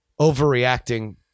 overreacting